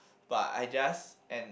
but I just end